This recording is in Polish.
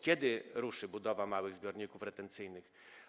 Kiedy ruszy budowa małych zbiorników retencyjnych?